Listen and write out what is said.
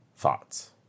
thoughts